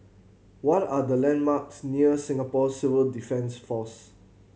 what are the landmarks near Singapore Civil Defence Force